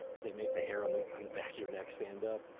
they make the hair on the on the back of your neck stand up,